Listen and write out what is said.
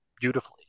beautifully